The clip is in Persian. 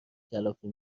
کلافه